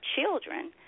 children